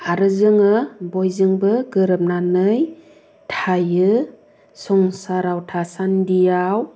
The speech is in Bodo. आरो जोङो बयजोंबो गोरोबनानै थायो संसाराव थासान्दिआव